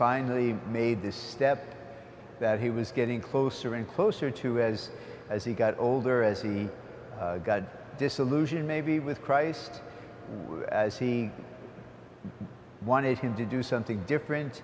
finally made this step that he was getting closer and closer to as as he got older as he got disillusioned maybe with christ as he wanted him to do something different